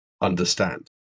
understand